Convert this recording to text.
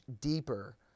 deeper